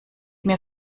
mir